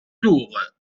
tour